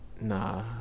nah